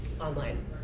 online